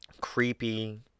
creepy